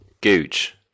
Gooch